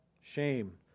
Shame